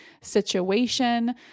situation